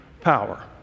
power